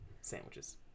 sandwiches